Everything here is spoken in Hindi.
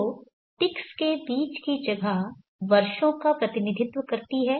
तो टिक्स के बीच की जगह वर्षों का प्रतिनिधित्व करती है